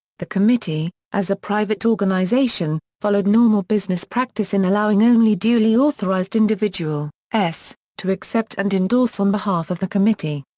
the committee, as a private organization, followed normal business practice in allowing only duly authorized individual s to accept and endorse on behalf of the committee.